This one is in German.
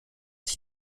sich